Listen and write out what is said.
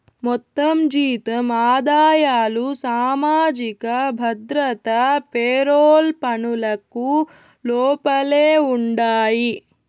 మొత్తం జీతం ఆదాయాలు సామాజిక భద్రత పెరోల్ పనులకు లోపలే ఉండాయి